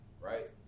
right